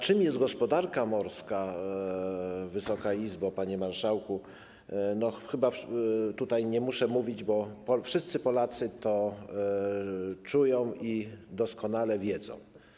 Czym jest gospodarka morska, Wysoka Izbo, panie marszałku, chyba nie muszę mówić, bo wszyscy Polacy to czują i doskonale wiedzą.